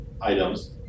items